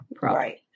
Right